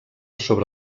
sobre